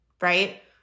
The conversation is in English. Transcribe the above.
right